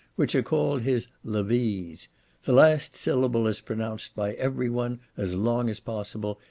which are called his levees the last syllable is pronounced by every one as long as possible,